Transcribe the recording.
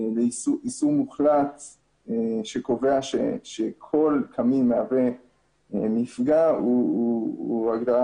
יישום מוחלט שקובע שכל קמין מהווה מפגע הוא הגדרה